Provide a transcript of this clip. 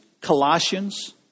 Colossians